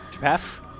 Pass